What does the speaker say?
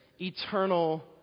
eternal